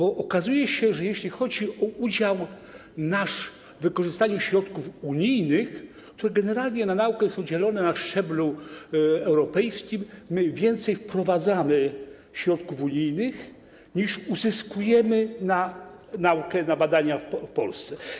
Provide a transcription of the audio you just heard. Okazuje się, że jeśli chodzi o nasz udział w wykorzystaniu środków unijnych, a generalnie na naukę, to są one dzielone na szczeblu europejskim i my więcej wprowadzamy środków unijnych, niż uzyskujemy na naukę, na badania w Polsce.